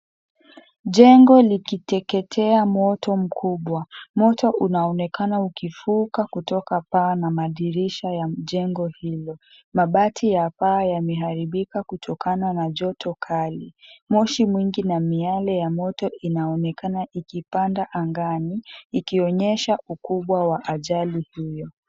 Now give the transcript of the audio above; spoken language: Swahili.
Jengo likiteketea moto mkubwa, moto unaonekana klukivuka kutoka paa na madirisha ya jengo hilo. Mabati ya paa yameharibika kutokana na joto kali. Moshi mwingi na miyale ya moto inaonekana ikipanda angani ikionyesha ukubwa wa ajali hiyo.